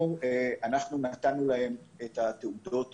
נתנו להם את התעודות